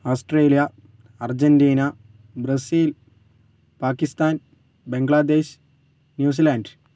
Australia Argentina Brazil Pakistan Bangladesh New Zealand